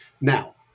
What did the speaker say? Now